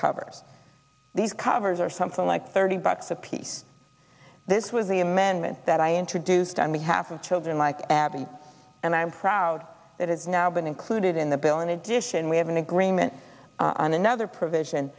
covers these covers or something like thirty bucks apiece this was the amendment that i introduced on behalf of children like abby and i'm proud that it's now been included in the bill in addition we have an agreement on another provision